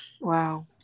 wow